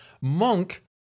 Monk